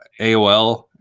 AOL